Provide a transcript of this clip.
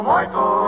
Michael